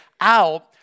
out